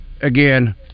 again